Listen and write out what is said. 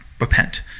repent